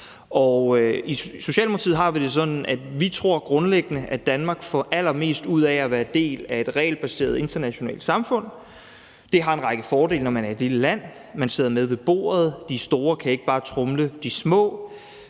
vi grundlæggende tror, at Danmark får allermest ud af at være en del af et regelbaseret internationalt samfund. Det har en række fordele, når man er et lille land. Man sidder med ved bordet. De store kan ikke bare tromle de små.